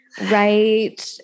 right